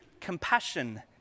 compassion